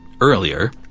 earlier